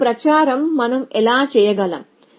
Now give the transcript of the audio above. ఈ ప్రచారం మనం ఎలా చేయగలం